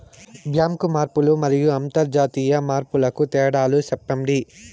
Bank మార్పులు మరియు అంతర్జాతీయ మార్పుల కు తేడాలు సెప్పండి?